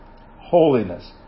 holiness